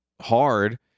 hard